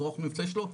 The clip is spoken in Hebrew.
זרוע מבצעי שלו,